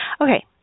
Okay